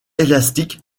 élastiques